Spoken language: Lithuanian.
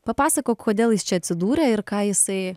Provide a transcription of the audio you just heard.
papasakok kodėl jis čia atsidūrė ir ką jisai